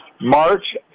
March